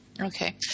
Okay